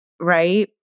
Right